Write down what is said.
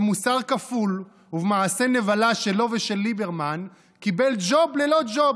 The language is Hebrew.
במוסר כפול ובמעשה נבלה שלו ושל ליברמן קיבל ג'וב ללא ג'וב,